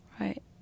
right